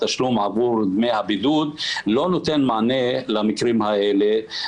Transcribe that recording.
דמי התשלום עבור ימי הבידוד לא נותן מענה למקרים האלה.